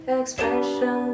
expression